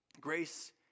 grace